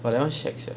but that one shag sia